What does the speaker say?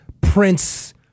Prince